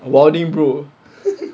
name brother